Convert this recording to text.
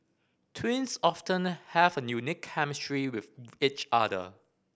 twins often have a unique chemistry with each other